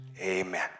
Amen